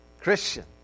Christian